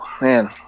Man